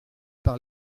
par